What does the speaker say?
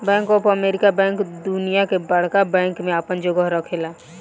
bank of America bank दुनिया के बड़का बैंक में आपन जगह रखेला